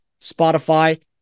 Spotify